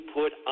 put